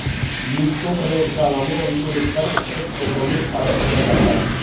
बीज को प्रयोगशाला में अंकुरित कर उससे खेतों में स्थापित किया जाता है